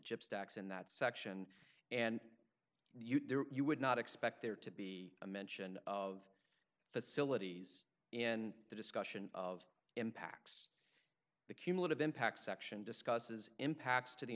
chip stacks in that section and you would not expect there to be a mention of facilities and the discussion of impacts the cumulative impact section discusses impacts to the